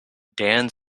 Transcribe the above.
dan